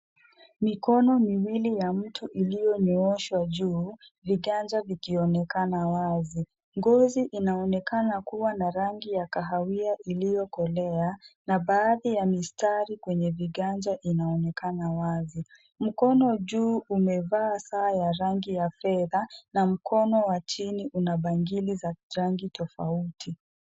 Mikono miwili ya mtu iliyonyooshwa juu viganja vikionekana wazi. Ngozi inaonekana kuwa na rangi ya kahawia iliyokolea na baadhi ya mistari kwenye viganja inaonekana wazi. Mkono juu umevaa saa ya rangi ya fedha na mkono wa chini una bangili za rangi tofauti.